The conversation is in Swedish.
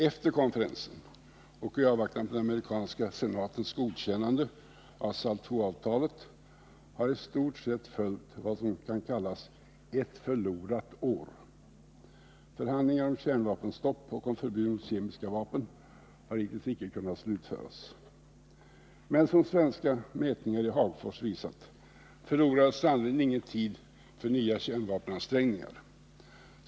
Efter konferensen och i avvaktan på den amerikanska senatens godkännande av SALT II-avtalet har i stort sett tyvärr följt vad som kallats ett förlorat år. Förhandlingar om kärnvapenstopp och om förbud mot kemiska vapen har hittills icke kunnat slutföras. Men som svenska mätningar i Hagfors visat förlorades sannerligen ingen tid för nya kärnvapenprovsprängningar.